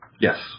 Yes